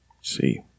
See